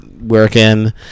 working